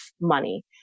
money